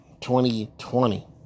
2020